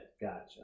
Gotcha